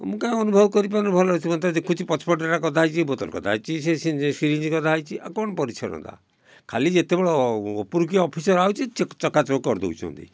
ମୁଁ କାହିଁକି ଅନୁଭବ କରିପାରୁନି ଭଲ ସେ ମୁଁ ତ ଦେଖୁଛି ପଛ ପଟ ଟା ଗଦା ହେଇଛି ବୋତଲ ଗଦା ହେଇଛି ସେ ସିଞ୍ଜି ସିରିଞ୍ଜ ଗଦା ହେଇଛି ଆଉ କ'ଣ ପରିଚ୍ଛନ୍ନତା ଖାଲି ଯେତେବେଳେ ଉପରୁ କିଏ ଅଫିସର ଆସୁଛି ଚିକ ଚକାଚକ କରିଦେଉଛନ୍ତି